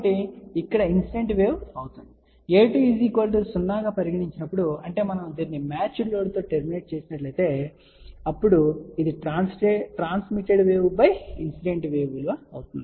ఇక్కడ incident wave అవుతుంది a2 0 గా పరిగణించి నప్పుడు అంటే మనము దీనిని మ్యాచ్డ్ లోడ్తో టర్మినేట్ చేసినట్లయితే అప్పుడు ఇది ట్రాన్స్మిటెడ్ వేవ్ ఇన్సిడెంట్ వేవ్ విలువ అవుతుంది